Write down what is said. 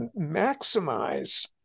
maximize